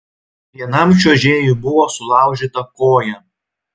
vienam čiuožėjui buvo sulaužyta koja